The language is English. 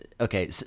okay